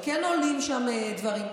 וכן עולים דברים,